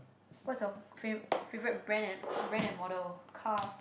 what's your favourite favourite brand and brand and model cars